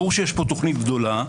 ברור שיש פה תוכנית גדולה.